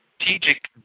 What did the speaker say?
strategic